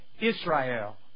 Israel